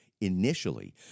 initially